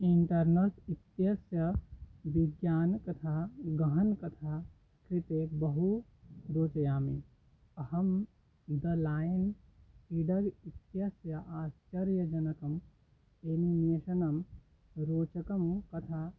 internet इत्यस्य विज्ञानकथाः गहनकथा कृते बहु रोचयामि अहं द लायन् इडर् इत्यस्य आश्चर्यजनकम् एनिमेशनं रोचकं कथा